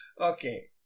Okay